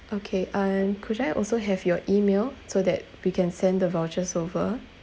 okay and could I also have your email so that we can send the vouchers over